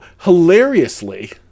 hilariously